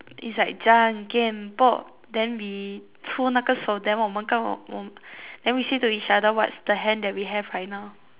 is like then we 出那个手 then 我们跟我 then we say to each other what is the hand that we have right now